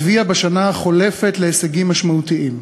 הביאו בשנה החולפת להישגים משמעותיים.